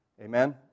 Amen